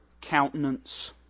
countenance